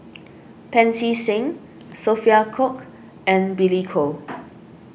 Pancy Seng Sophia Cooke and Billy Koh